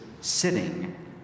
sitting